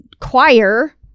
choir